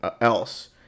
else